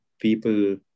people